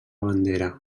bandera